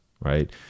right